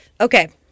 Okay